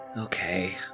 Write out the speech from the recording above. Okay